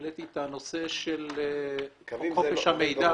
העליתי את הנושא של חופש המידע.